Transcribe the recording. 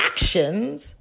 actions